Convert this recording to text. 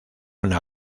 una